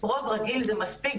רוב רגיל זה מספיק,